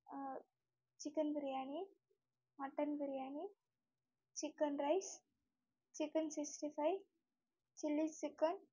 chicken biriyani mutton biriyani chicken rice chicken sixty five chilli chicken